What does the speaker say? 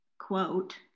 quote